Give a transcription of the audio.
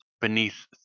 beneath